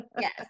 yes